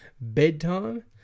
bedtime